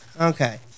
Okay